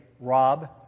rob